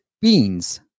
beans